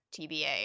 tba